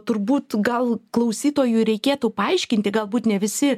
turbūt gal klausytojui reikėtų paaiškinti galbūt ne visi